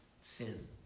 sin